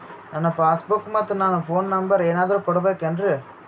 ನನ್ನ passbook ಮತ್ ನನ್ನ ಫೋನ್ ನಂಬರ್ ಏನಾದ್ರು ಕೊಡಬೇಕೆನ್ರಿ?